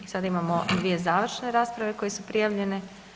Sada imamo dvije završne rasprave koje su prijavljene.